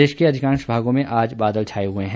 प्रदेश के अधिकांश भागों में आज बादल छाए हुए हैं